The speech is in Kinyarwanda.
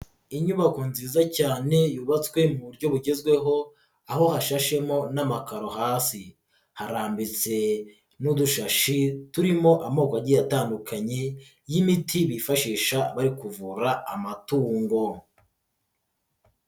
Inyubako nziza cyane yubatswe mu buryo bugezweho, aho hashashemo n'amakaro hasi, harambitse n'udushashi turimo amoko agiye atandukanye y'imiti bifashisha bari kuvura amatungo.